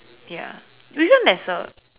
ya which one there's a